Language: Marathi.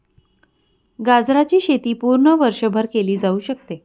गाजराची शेती पूर्ण वर्षभर केली जाऊ शकते